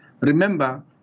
remember